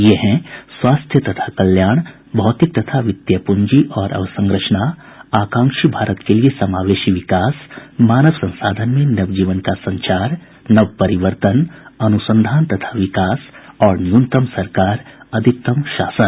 ये हैं स्वास्थ्य तथा कल्याण भौतिक तथा वित्तीय पूंजी और अवसंरचना आकांक्षी भारत के लिए समावेशी विकास मानव संसाधन में नवजीवन का संचार नव परिवर्तन अनुसंधान तथा विकास और न्यूनतम सरकार अधिकतम शासन